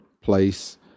place